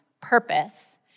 purpose